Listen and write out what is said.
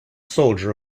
soldier